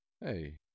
Hey